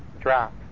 drop